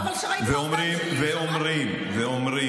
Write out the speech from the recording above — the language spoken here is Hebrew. ואומרים: